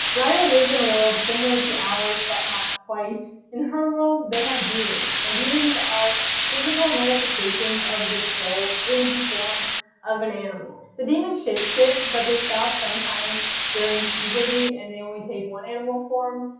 lyra lives in a world similar to ours, but not quite. in her world they have daemons and daemons are physical manifestations of your soul in the form of an animal. the daemons shape-shift, but they stop sometime during puberty, and they only take one animal form.